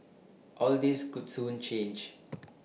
all this could soon change